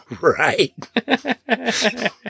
Right